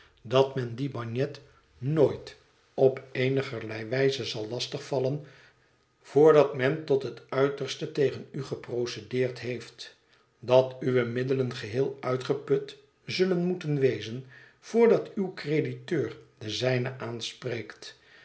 dat men dien bagnet nooit op eenigerlei wijze zal lastig vallen voordat men tot het uiterste tegen u geprocedeerd heeft dat uwe middelen geheel uitgeput zullen moeten wezen voordat uw crediteur de zijne aanspreekt